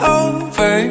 over